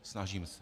Snažím se.